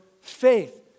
faith